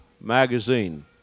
magazine